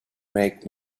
make